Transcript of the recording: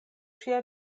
ŝia